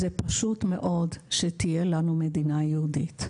היה שפשוט תהיה לנו מדינה יהודית.